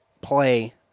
play